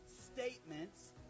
statements